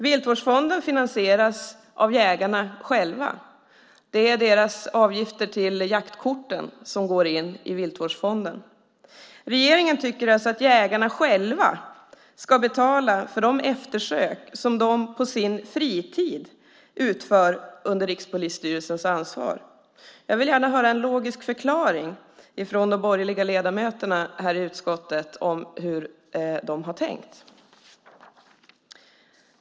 Viltvårdsfonden finansieras av jägarna själva - det är deras avgifter till jaktkorten som går in i Viltvårdsfonden. Regeringen tycker alltså att jägarna själva ska betala för de eftersök som de på sin fritid utför under Rikspolisstyrelsens ansvar. Jag vill gärna höra en logisk förklaring från de borgerliga ledamöterna i utskottet om hur de har tänkt.